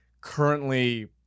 currently